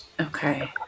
Okay